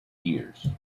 years